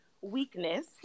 weakness